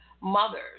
mothers